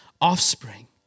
offspring